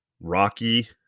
Rocky